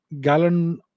gallon